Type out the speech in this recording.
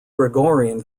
gregorian